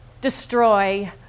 destroy